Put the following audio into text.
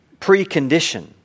precondition